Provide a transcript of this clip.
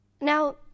Now